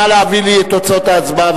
נא להביא לי את תוצאות ההצבעה.